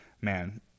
Man